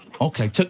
Okay